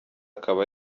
akaba